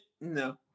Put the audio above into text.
No